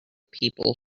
people